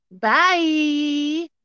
Bye